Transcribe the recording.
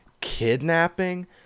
kidnapping